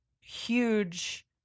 huge